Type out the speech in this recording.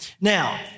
Now